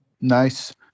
Nice